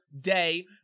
day